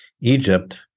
egypt